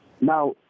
Now